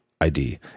ID